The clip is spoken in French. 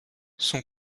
son